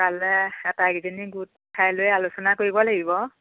কাইলৈ আটাইকেইজনী গোট খাই লৈ আলোচনা কৰিব লাগিব